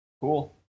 Cool